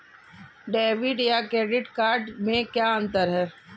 Debit या credit card में क्या अन्तर है?